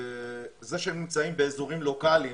זה שהם נמצאים באזורים לוקליים